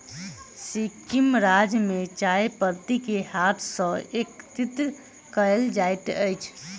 सिक्किम राज्य में चाय पत्ती के हाथ सॅ एकत्रित कयल जाइत अछि